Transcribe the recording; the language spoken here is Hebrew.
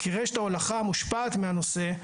כי רשת ההולכה מושפעת מהנושא,